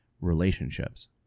relationships